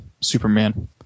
Superman